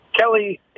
Kelly